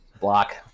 block